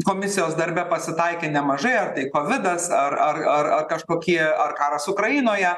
komisijos darbe pasitaikė nemažai ar tai kovidas ar ar ar ar kažkokie ar karas ukrainoje